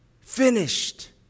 finished